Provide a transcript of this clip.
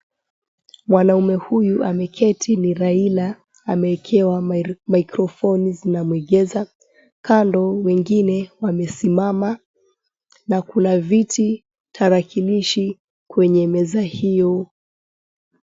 Mwanamume huyu ameketi ni Raila ameekewa maikrofoni zinamegeza, kando wengine wamesimama na kuna viti, tarakilishi kwenye meza hiyo.